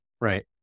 Right